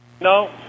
No